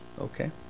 okay